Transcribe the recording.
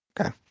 Okay